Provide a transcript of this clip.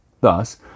Thus